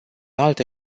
alte